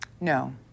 No